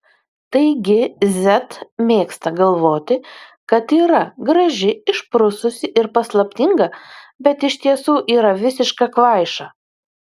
taigi z mėgsta galvoti kad yra graži išprususi ir paslaptinga bet iš tiesų yra visiška kvaiša